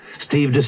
Steve